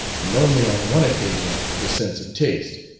and only on one occasion the sense of taste,